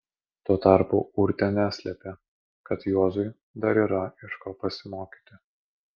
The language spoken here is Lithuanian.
tuo tarpu urtė neslėpė kad juozui dar yra iš ko pasimokyti